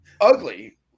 ugly